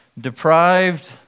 deprived